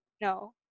No